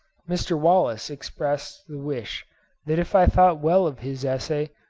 mr. wallace expressed the wish that if i thought well of his essay,